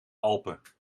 alpen